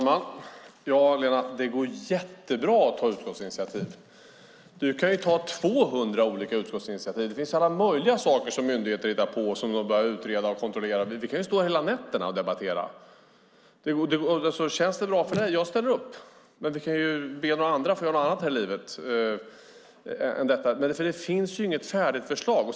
Fru talman! Ja, det går jättebra att Lena Olsson tar utskottsinitiativ. Hon kan ta 200 olika utskottsinitiativ. Det finns alla möjliga saker som myndigheter hittar på som vi bör utreda och kontrollera. Vi kan ju stå här hela nätterna och debattera. Känns det bra för dig ställer jag upp. Men vi kanske kan be några andra att göra det, för det finns annat här i livet än detta. Och det finns ju inget färdigt förslag.